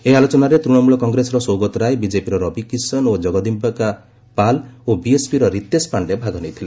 ଏହି ଆଲୋଚନାରେ ତୃଶମ୍ବଳ କଂଗ୍ରେସର ସୌଗତ ରାୟ ବିଜେପିର ରବି କିଶନ ଓ ଜଗଦମ୍ପିକା ପାଲ୍ ଓ ବିଏସ୍ପିର ରିତେଶ ପାଣ୍ଡେ ଭାଗ ନେଇଥିଲେ